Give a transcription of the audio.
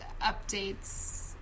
updates